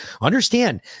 Understand